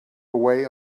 away